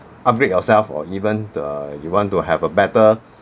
upgrade yourself or even uh you want to have a better